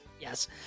yes